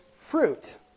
fruit